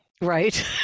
Right